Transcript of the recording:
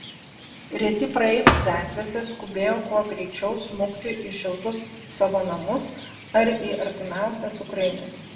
reti praeiviai gatvėse skubėjo kuo greičiau smukti į šiltus savo namus ar į artimiausią cukrainę